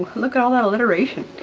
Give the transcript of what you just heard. look at all that alliteration,